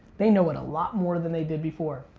they know it a lot more than they did before,